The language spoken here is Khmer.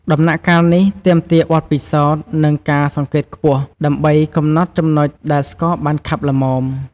ដំណាក់កាលនេះទាមទារបទពិសោធន៍ និងការសង្កេតខ្ពស់ ដើម្បីកំណត់ចំណុចដែលស្ករបានខាប់ល្មម។